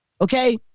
Okay